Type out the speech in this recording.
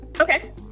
Okay